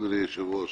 לראות